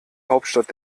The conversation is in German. hauptstadt